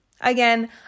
Again